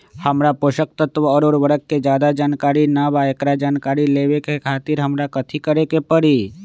हमरा पोषक तत्व और उर्वरक के ज्यादा जानकारी ना बा एकरा जानकारी लेवे के खातिर हमरा कथी करे के पड़ी?